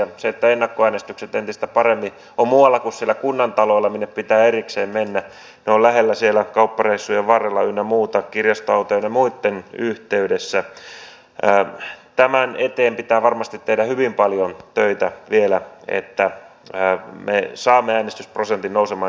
sen eteen että ennakkoäänestykset entistä paremmin ovat muualla kuin siellä kunnantaloilla minne pitää erikseen mennä ne ovat lähellä siellä kauppareissujen varrella ynnä muuta kirjastoautojen ynnä muitten yhteydessä pitää varmasti tehdä hyvin paljon töitä vielä että me saamme äänestysprosentin nousemaan